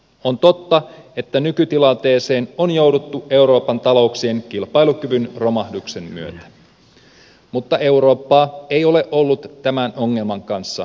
on totta että nykytilanteeseen on jouduttu euroopan talouksien kilpailukyvyn romahduksen myötä mutta eurooppa ei ole ollut tämän ongelman kanssa yksin